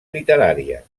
literària